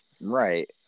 right